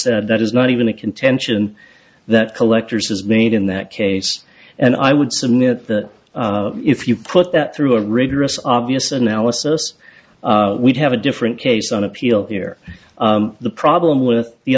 that is not even a contention that collectors has made in that case and i would submit that if you put that through a rigorous obvious analysis we'd have a different case on appeal here the problem with the